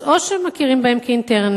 אז או שמכירים בהם כאינטרניים